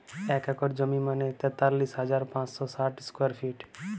এক একর জমি মানে তেতাল্লিশ হাজার পাঁচশ ষাট স্কোয়ার ফিট